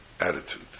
attitude